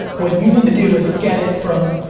what you need to do is get it from,